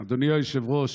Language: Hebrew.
אדוני היושב-ראש,